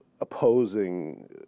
opposing